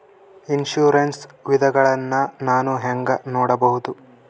Insurance ವಿಧಗಳನ್ನ ನಾನು ಹೆಂಗ ನೋಡಬಹುದು?